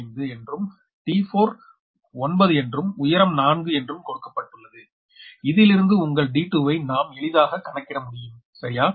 5 என்றும் d4 9 என்றும் உயரம் 4 என்றும் கொடுக்கப்பட்டுள்ளது இதிலிருந்து உங்கள் d2 வை நாம் எளிதாக கணக்கிட முடியும் சரியா